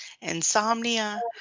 insomnia